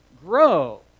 grow